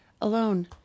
alone